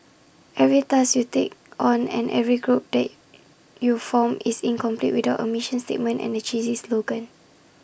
every task you take on and every group that you form is incomplete without A mission statement and A cheesy slogan